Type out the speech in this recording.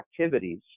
activities